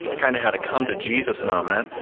kind of had a come to jesus moment,